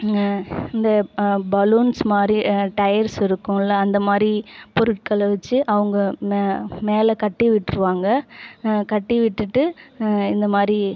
இந்த பலூன்ஸ்மாதிரி டயர்ஸ் இருக்கும்ல அந்தமாதிரி பொருட்களை வச்சு அவங்க மேலே கட்டி விட்டுருவாங்க கட்டி விட்டுவிட்டு இந்தமாதிரி